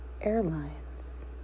Airlines